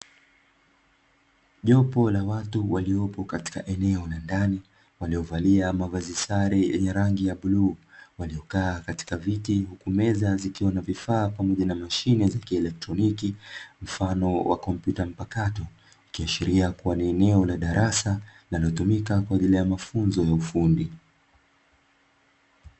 Jopo la watu waliopo katika eneo la ndani, waliovalia mavazi sare yenye rangi ya bluu, waliokaa katika viti, huku meza zikiwa na vifaa pamoja na mashine za kielekitroniki, mfano wa kompyuta mpakato, ikiashiria kuwa ni eneo la darasa, linalotumika kwa ajili ya mafunzo ya ufundi.